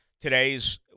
today's